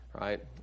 right